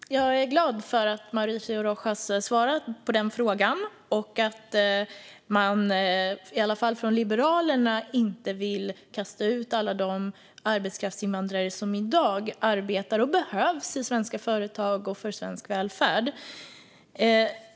Fru talman! Jag är glad för att Mauricio Rojas svarade på den frågan och att man åtminstone från Liberalernas sida inte vill kasta ut alla de arbetskraftsinvandrare som i dag arbetar och behövs i svenska företag och för svensk välfärd.